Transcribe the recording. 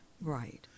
Right